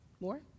More